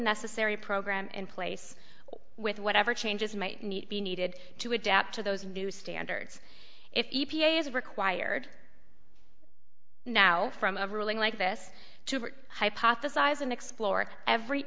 necessary program in place with whatever changes might need be needed to adapt to those new standards if required now from of ruling like this to hypothesize and explore every